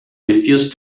refused